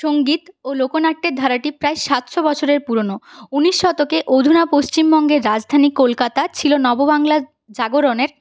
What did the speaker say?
সংগীত ও লোকনাট্যের ধারাটি প্রায় সাতশো বছরের পুরোনো উনিশ শতকে অধুনা পশ্চিমবঙ্গের রাজধানী কলকাতা ছিল নববাংলার জাগরণের